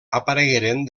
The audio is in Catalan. aparegueren